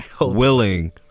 willing